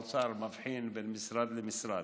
מבחינים בין משרד למשרד.